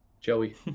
joey